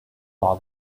all